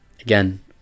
again